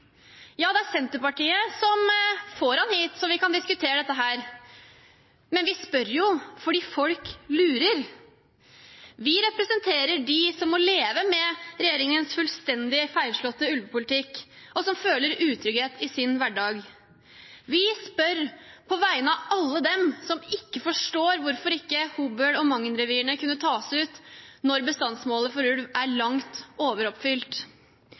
Ja, det er Senterpartiet som får ham hit, så vi kan diskutere dette, men vi spør jo fordi folk lurer. Vi representerer dem som må leve med regjeringens fullstendig feilslåtte ulvepolitikk, og som føler utrygghet i sin hverdag. Vi spør på vegne av alle dem som ikke forstår hvorfor ikke Hobøl- og Mangen-revirene kunne tas ut når bestandsmålet for ulv er langt overoppfylt.